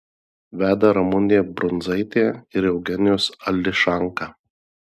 veda ramunė brundzaitė ir eugenijus ališanka